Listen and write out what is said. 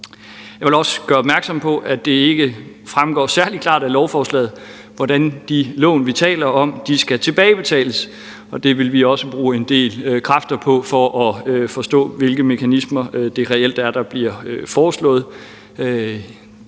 Jeg vil også gøre opmærksom på, at det ikke fremgår særlig klart af lovforslaget, hvordan de lån, vi taler om, skal tilbagebetales, og det vil vi også bruge en del kræfter på for at forstå, hvilke mekanismer det reelt er, der bliver foreslået.